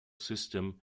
system